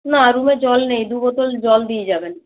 না রুমে জল নেই দু বোতল জল দিয়ে যাবেন